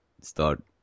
start